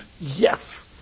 yes